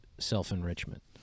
self-enrichment